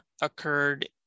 occurred